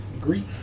grief